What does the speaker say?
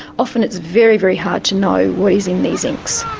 often it's very, very hard to know what is in these inks.